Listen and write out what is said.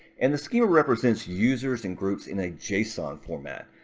and the schema represents users and groups in a json format.